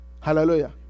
Hallelujah